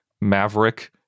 maverick